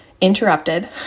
interrupted